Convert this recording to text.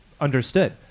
understood